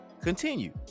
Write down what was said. continue